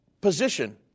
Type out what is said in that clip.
position